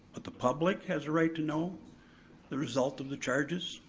but the public, has a right to know the result of the charges,